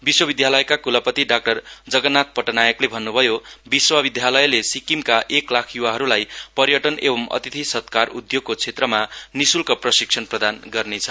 विश्वविद्यालयका क्लपति डाक्टर जगनाथ पटनायकले भन्न्भयो विश्वविद्यालयले सिक्किमका एक लाख युवाहरूलाई पर्यटन एवं अतिथि सत्कार उद्योगको क्षेत्रमा निश्ल्क प्रशिक्षण प्रदान गर्नेछ